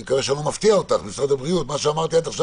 אני מקווה שאני לא מפתיע אותך ומה שאמרתי עד עכשיו